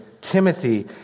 Timothy